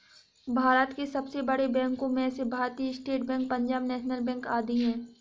भारत के सबसे बड़े बैंको में से भारतीत state bank, Punjab national bank आदि है